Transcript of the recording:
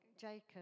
Jacob